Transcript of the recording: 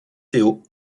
theo